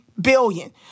billion